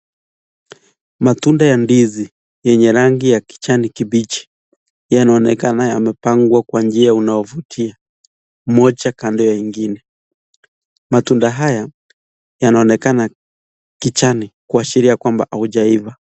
Matunda ya ndizi yenye rangi ya kijani kibichi inaonekana yamepangwa kwa njia inayovutia moja kando ya ingine. Matunda haya yanaonekana kijani kuashiria kwamba haijaiva.